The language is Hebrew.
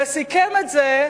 וסיכם את זה,